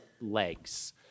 legs